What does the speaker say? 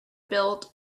built